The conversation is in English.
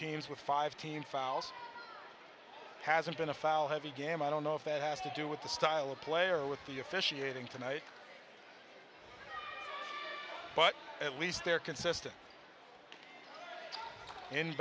teams with five team fouls hasn't been a foul heavy game i don't know if it has to do with the style of play or with the officiating tonight but at least they're consistent in